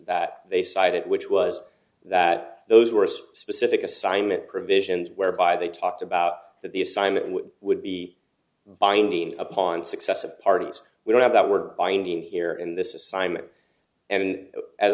that they cited which was that those worst specific assignment provisions whereby they talked about the assignment and would be binding upon successive parties we don't have that we're binding here in this assignment and as